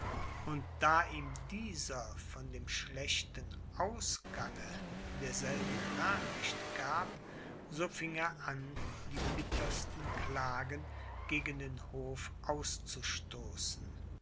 und da ihm dieser von dem schlechten ausgange derselben nachricht gab so fing er an die bittersten klagen gegen den hof auszustoßen